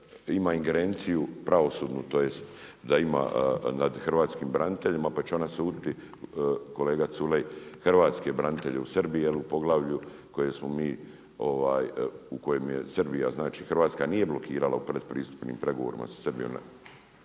ima ingerenciju pravosudnu, tj. da ima nad hrvatskim braniteljima, pa će ona suditi kolega Culej hrvatske branitelje u Srbiji. Jer u poglavlju koje smo mi, koje je Srbija znači Hrvatska nije blokirala u predpristupnim pregovorima sa Srbijom